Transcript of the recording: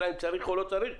לא כל כך הבנתי את השאלה שלך.